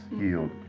healed